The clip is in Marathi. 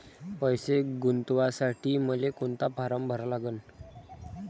पैसे गुंतवासाठी मले कोंता फारम भरा लागन?